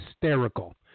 hysterical